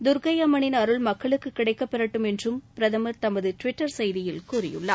தர்க்கை அம்மனின் அருள் மக்களுக்கு கிடைக்க பெறட்டும் என்றும் பிரதம் தமது ட்விட்டர் செய்தியில் கூறியுள்ளார்